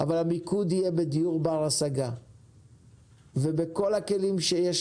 אבל המיקוד יהיה בדיור בר השגה ובכל הכלים שיש